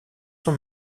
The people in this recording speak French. son